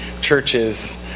churches